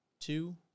two